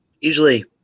usually